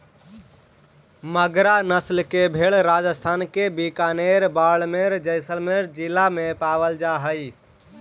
मगरा नस्ल के भेंड़ राजस्थान के बीकानेर, बाड़मेर, जैसलमेर जिला में पावल जा हइ